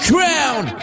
Crown